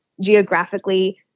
geographically